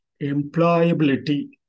employability